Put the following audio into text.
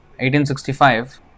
1865